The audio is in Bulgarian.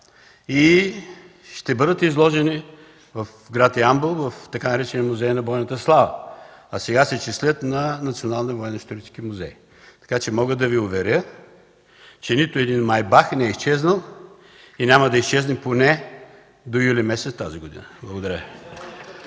и ще бъдат изложени в град Ямбол, в така наречения Музей на бойната слава. Сега се числят на Националния военноисторически музей. Така че мога да Ви уверя, че нито един „Майбах” не е изчезнал и няма да изчезне поне до юли месец тази година. Благодаря